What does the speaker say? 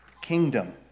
kingdom